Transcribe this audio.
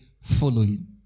following